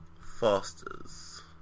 Foster's